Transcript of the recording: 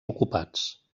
ocupats